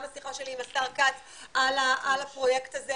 גם השיחה שלי עם השר כץ על הפרויקט הזה,